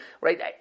right